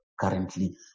currently